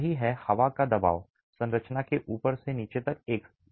यही है हवा का दबाव संरचना के ऊपर से नीचे तक एक समान है